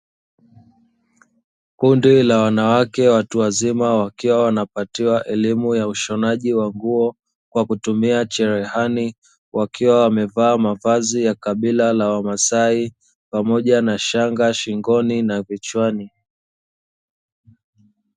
Kundi la wanawake watu wazima wakiwa wanapatiwa elimu ya ushonaji wa nguo, kwa kutumia cherehani wakiwa wamevaa mavazi ya kabila la wamasai, pamoja na shanga shingoni na vichwani.